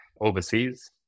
overseas